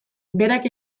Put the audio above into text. berak